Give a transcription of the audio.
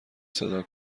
صدا